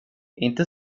inte